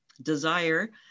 desire